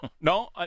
No